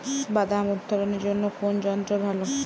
বাদাম উত্তোলনের জন্য কোন যন্ত্র ভালো?